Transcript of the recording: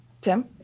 Tim